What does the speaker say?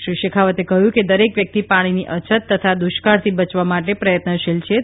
શ્રી શેખાવતે કહ્યું કે દરેક વ્યક્તિ પાણીની અછત તથા દુષ્કાળથી બચવા માટે પ્રયત્નશીલ બને